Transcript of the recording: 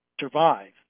survive